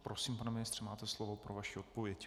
Prosím, pane ministře, máte slovo pro vaši odpověď.